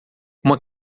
uma